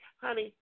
Honey